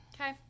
Okay